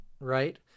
right